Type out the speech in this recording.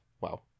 Wow